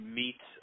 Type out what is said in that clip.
meet